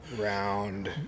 Round